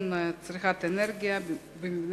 אושרה ותידון